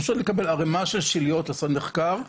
פשוט לקבל ערימה של שליות בשביל לעשות מחקר,